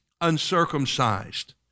uncircumcised